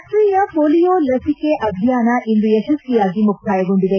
ರಾಷ್ಟೀಯ ಪೊಲಿಯೋ ಲಸಿಕೆ ಅಭಿಯಾನ ಇಂದು ಯಶಸ್ವಿಯಾಗಿ ಮುಕ್ತಾಯಗೊಂಡಿದೆ